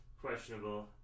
Questionable